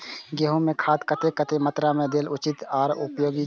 गेंहू में खाद कतेक कतेक मात्रा में देल उचित आर उपयोगी छै?